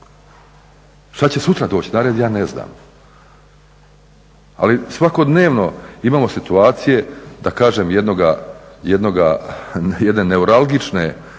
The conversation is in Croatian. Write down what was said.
Šta će sutra doći na red, ja ne znam. Ali svakodnevno imamo situacije, da kažem jednoga,